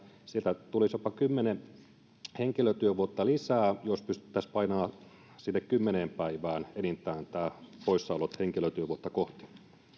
sieltä tulisi jopa kymmenen henkilötyövuotta lisää jos pystyttäisiin painamaan sinne kymmeneen päivään enintään nämä poissaolot henkilötyövuotta kohti